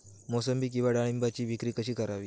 मोसंबी किंवा डाळिंबाची विक्री कशी करावी?